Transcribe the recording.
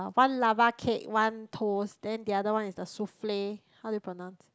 one lava cake one toast then the other one is the souffle how do you pronounce